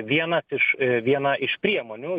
vienas iš viena iš priemonių